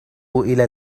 إلى